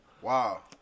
Wow